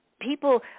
people